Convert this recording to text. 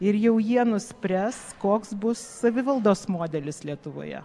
ir jau jie nuspręs koks bus savivaldos modelis lietuvoje